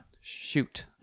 Shoot